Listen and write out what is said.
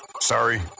Sorry